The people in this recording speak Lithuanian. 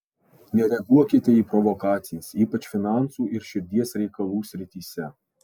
nereaguokite į provokacijas ypač finansų ir širdies reikalų srityse